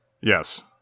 Yes